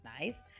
nice